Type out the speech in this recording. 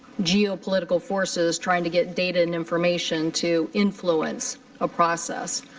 geo political forces trying to get data and information to influence a process.